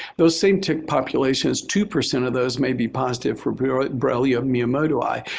those same tick populations, two percent of those may be positive for borrelia miyamotoi.